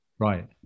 right